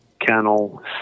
kennel